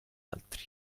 altri